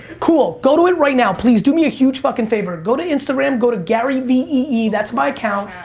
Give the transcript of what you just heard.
cool, go to it right now, please do me huge fucking favor, go to instagram, go to garyvee that's my account,